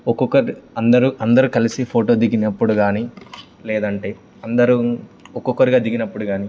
ఒక్కొక్కరు అందరూ అందరూ కలిసి ఫోటో దిగినప్పుడు కానీ లేదంటే అందరూ ఒక్కొక్కరుగా దిగినప్పుడు కానీ